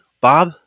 bob